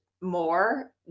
more